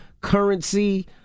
Currency